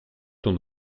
ton